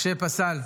משה פסל,